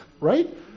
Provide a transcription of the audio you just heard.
Right